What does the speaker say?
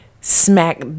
Smack